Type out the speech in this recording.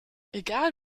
egal